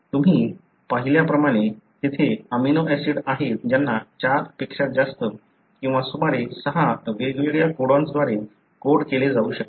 तुम्ही पाहिल्याप्रमाणे तेथे अमिनो ऍसिड आहेत ज्यांना 4 पेक्षा जास्त किंवा सुमारे 6 वेगवेगळ्या कोडॉन्सद्वारे कोड केले जाऊ शकते